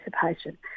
participation